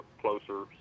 closer